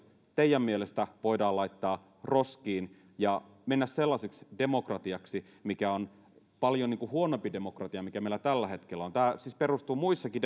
teidän mielestänne voidaan laittaa roskiin ja tämä voi mennä sellaiseksi demokratiaksi mikä on paljon huonompi demokratia mikä meillä tällä hetkellä on tämä siis perustuu siihen että muissakin